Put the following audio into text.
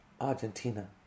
Argentina